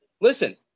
listen